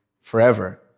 forever